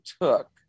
took